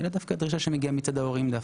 אלא דווקא דרישה שמגיעה מצד ההורים.